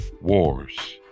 wars